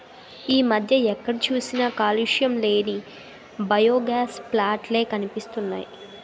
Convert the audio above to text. ఈ మధ్య ఎక్కడ చూసినా కాలుష్యం లేని బయోగాస్ ప్లాంట్ లే కనిపిస్తున్నాయ్